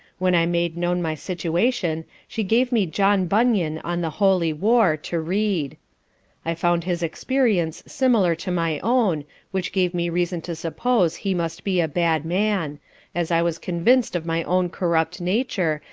when i made known my situation she gave me john bunyan on the holy war, to read i found his experience similar to my own, which gave me reason to suppose he must be a bad man as i was convinc'd of my own corrupt nature,